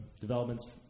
developments